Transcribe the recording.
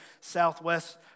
southwest